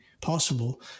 possible